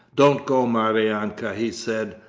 don't go, maryanka, he said,